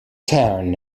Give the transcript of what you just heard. town